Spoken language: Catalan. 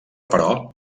però